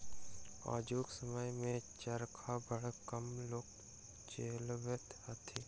आजुक समय मे चरखा बड़ कम लोक चलबैत छथि